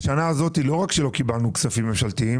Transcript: בשנה הזאת לא רק שלא קיבלנו כספים ממשלתיים